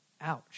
Ouch